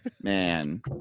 Man